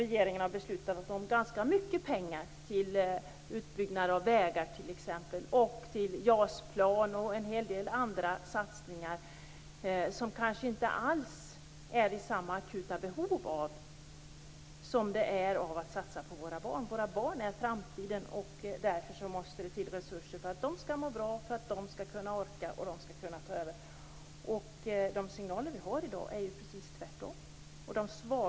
Regeringen har beslutat om ganska mycket pengar till exempelvis utbyggnad av vägar, till JAS-plan och till en hel del andra satsningar som det kanske inte alls finns samma akuta behov av som det finns när det gäller att satsa på våra barn. Våra barn är framtiden. Därför måste det till resurser för att de skall må bra, för att de skall orka och för att de skall kunna ta över. De signaler vi har i dag går i precis motsatt riktning.